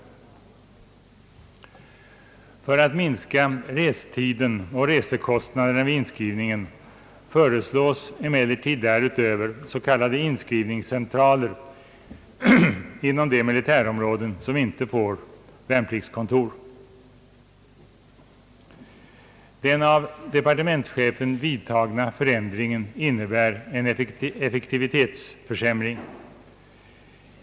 För att minska restiden och resekostnaderna vid inskrivningen föreslås emellertid därutöver s.k. inskrivningscentraler inom de militärområden som inte får värnpliktskontor. Den av departementschefen vidtagna förändringen innebär en effektivitetsförsämring.